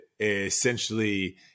essentially